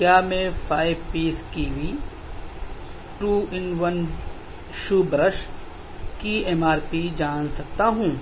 کیا میں five piece Kiwi two in one shoe brush کی ایم آر پی جان سکتا ہوں